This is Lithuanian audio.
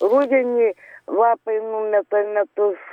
rudenį lapai numeta metus